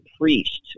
priest